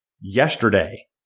yesterday